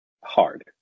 hard